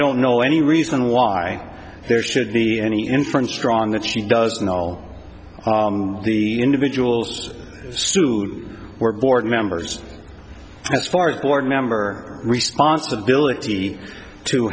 don't know any reason why there should be any inference strong that she does and all the individuals sued or board members as far as board member responsibility to